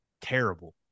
terrible